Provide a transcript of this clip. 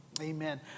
amen